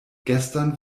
gestern